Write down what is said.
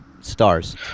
stars